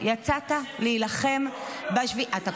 היא בחוץ כל הזמן, את אומרת.